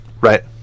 Right